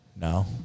No